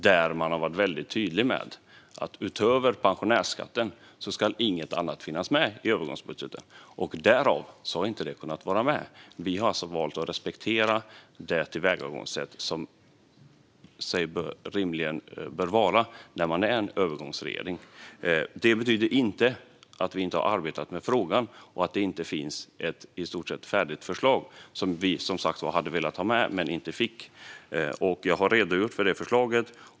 Där har man varit väldigt tydlig med att inget nytt utöver det som gäller pensionärsskatten ska finnas med i övergångsbudgeten. Därmed har det vi nu debatterar inte kunnat vara med. Vi har alltså valt att respektera det tillvägagångssätt som rimligen bör tillämpas av en övergångsregering. Det betyder inte att vi inte arbetat med frågan. Det finns ett i stort sett färdigt förslag som vi hade velat ha med men inte fick ha med. Jag har redogjort för det förslaget.